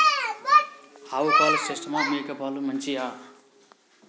ఆవు పాలు శ్రేష్టమా మేక పాలు మంచియా?